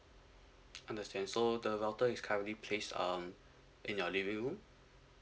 understand so the router is currently placed um in your living room